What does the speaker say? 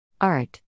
Art